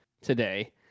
today